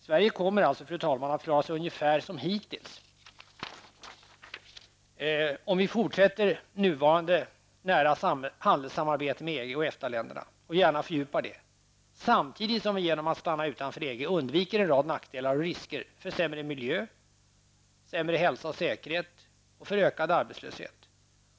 Sverige kommer alltså, fru talman, att klara sig ungefär som hittills om vi fortsätter nuvarande nära handelssamarbete med EG och EFTA-länderna och gärna fördjupar det, samtidigt som vi genom att stanna utanför EG undviker en rad nackdelar och risker för sämre miljö, hälsa och säkerhet och för ökad arbetslöshet.